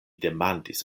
demandis